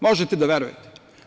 Možete da verujete?